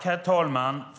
Herr talman!